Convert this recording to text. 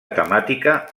temàtica